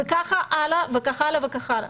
וכך הלאה והלאה.